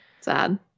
sad